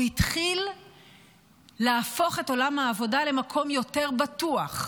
הוא התחיל להפוך את עולם העבודה למקום יותר בטוח,